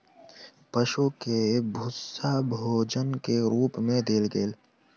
पशु के भूस्सा भोजन के रूप मे देल गेल